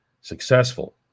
successful